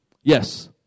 Yes